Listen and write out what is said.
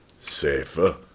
Safer